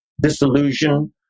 disillusion